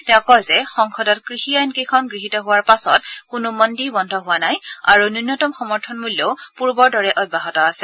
তেওঁ কয় যে সংসদত কৃষি আইন কেইখন গৃহীত হোৱাৰ পাচত কোনো মণ্ডী বন্ধ হোৱা নাই আৰু ন্যনতম সমৰ্থন মূল্যও পূৰ্বৰ দৰে অব্যাহত আছ